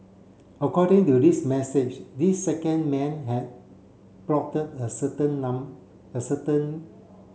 according to this message this second man had the certain the certain